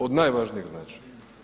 Od najvažnijeg značaja.